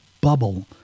bubble